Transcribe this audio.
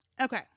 Okay